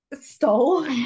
stole